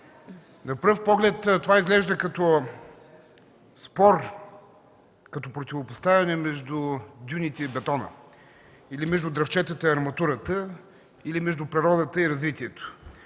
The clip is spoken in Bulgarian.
На пръв поглед това изглежда като спор, като противопоставяне между дюните и бетона или между дръвчетата и арматурата, или между природата и развитието.